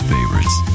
Favorites